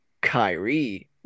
Kyrie